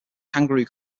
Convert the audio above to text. kangaroo